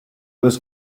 was